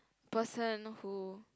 person who